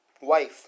wife